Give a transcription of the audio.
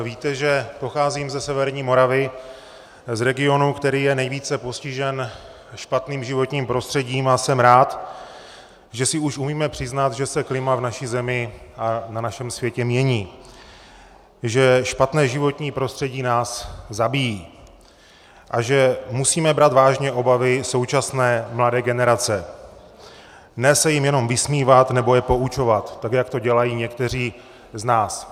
Víte, že pocházím ze severní Moravy, z regionu, který je nejvíce postižen špatným životním prostředím, a jsem rád, že si už umíme přiznat, že se klima v naší zemi a na našem světě mění, že špatné životní prostředí nás zabíjí a že musíme brát vážně obavy současné mladé generace, ne se jim jenom vysmívat nebo je poučovat, tak jak to dělají někteří z nás.